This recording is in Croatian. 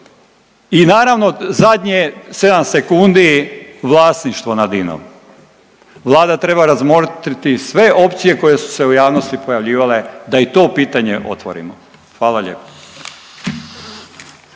I naravno zadnje, 7 sekundi, vlasništvo nad INOM. Vlada treba razmotriti sve opcije koje su se u javnosti pojavljivale da i to pitanje otvorimo. Hvala lijepo.